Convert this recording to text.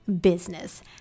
business